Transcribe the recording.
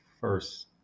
first